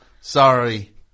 Sorry